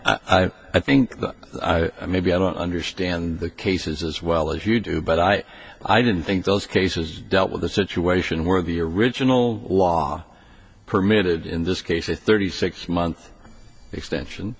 and i think that maybe i don't understand the cases as well as you do but i i didn't think those cases dealt with the situation where the original law permitted in this case a thirty six month extension